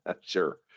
Sure